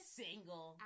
single